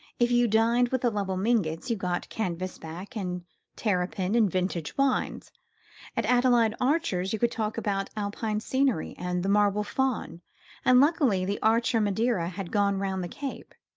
if you dined with the lovell mingotts you got canvas-back and terrapin and vintage wines at adeline archer's you could talk about alpine scenery and the marble faun and luckily the archer madeira had gone round the cape.